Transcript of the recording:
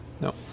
No